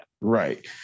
Right